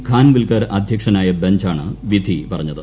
ഖാൻവിൽക്കർ അധ്യക്ഷനായ ബഞ്ചാണ് വിധി പറഞ്ഞത്